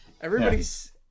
everybody's